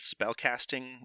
spellcasting